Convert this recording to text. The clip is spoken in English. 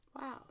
Wow